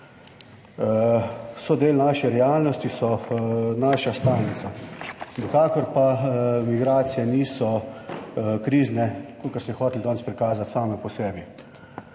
So del naše realnosti, so naša stalnica. Nikakor pa migracije niso krizne, kakor se hoteli danes prikazati same po sebi.